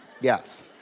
yes